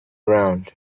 round